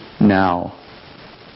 now